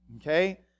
Okay